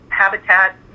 habitat